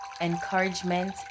Encouragement